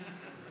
אכיפה),